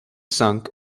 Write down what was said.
sunk